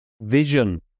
vision